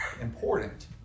important